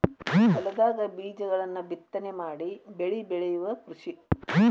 ಹೊಲದಾಗ ಬೇಜಗಳನ್ನ ಬಿತ್ತನೆ ಮಾಡಿ ಬೆಳಿ ಬೆಳಿಯುದ ಕೃಷಿ